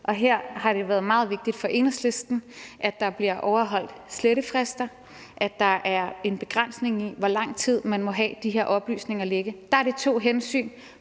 Og her har det været meget vigtigt for Enhedslisten, at der bliver overholdt slettefrister, og at der er en begrænsning på, hvor lang tid man må have de her oplysninger liggende. Der er to hensyn,